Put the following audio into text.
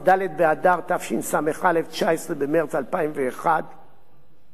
19 במרס 2001. גם היא לא הובאה להצבעה.